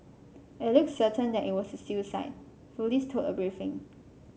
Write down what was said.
it looks certain that it was a suicide police told a briefing